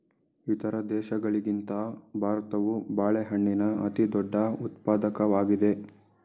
ಇತರ ದೇಶಗಳಿಗಿಂತ ಭಾರತವು ಬಾಳೆಹಣ್ಣಿನ ಅತಿದೊಡ್ಡ ಉತ್ಪಾದಕವಾಗಿದೆ